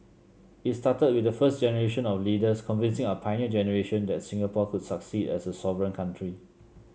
it started with the first generation of leaders convincing our Pioneer Generation that Singapore could succeed as a sovereign country